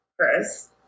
Chris